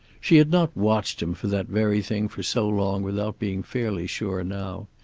she had not watched him for that very thing for so long without being fairly sure now.